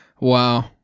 Wow